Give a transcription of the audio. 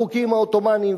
החוקים העות'מאניים,